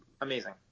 amazing